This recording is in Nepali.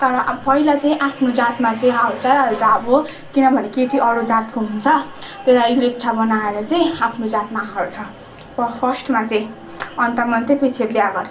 तर पहिला चाहिँ आफ्नो जातमा चाहिँ हाल्छै हाल्छ अब किनभने केटी अरू जातको हुन्छ त्यहीलागि लेप्चा बनाएर चाहिँ आफ्नो जातमा हाल्छ फर्स्टमा चाहिँ अन्त मात्रै पछि बिहा गर्छ